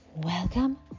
Welcome